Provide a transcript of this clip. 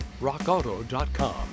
RockAuto.com